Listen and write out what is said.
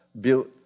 built